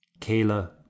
Kayla